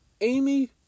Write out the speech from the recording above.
Amy